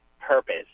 purpose